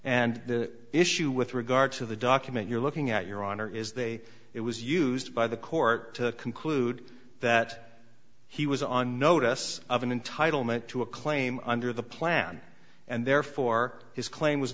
and the issue with regard to the document you're looking at your honor is they it was used by the court to conclude that he was on notice of an entitlement to a claim under the plan and therefore his claim was